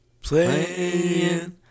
Playing